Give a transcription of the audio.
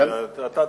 אתה תקבל.